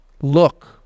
Look